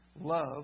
love